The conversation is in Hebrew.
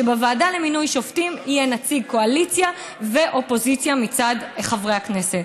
שבוועדה למינוי שופטים יהיו נציגי קואליציה ואופוזיציה מצד חברי הכנסת.